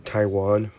Taiwan